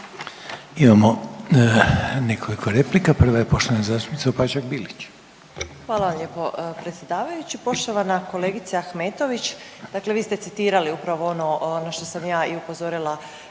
Hvala lijepo predsjedavajući.